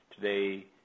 today